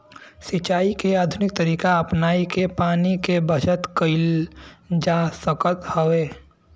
सिंचाई के आधुनिक तरीका अपनाई के पानी के बचत कईल जा सकत हवे